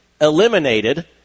eliminated